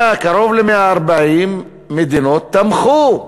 קרוב ל-140 מדינות תמכו.